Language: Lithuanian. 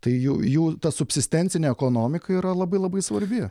tai jų jų ta subsistencinė ekonomika yra labai labai svarbi